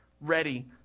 ready